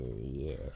Yes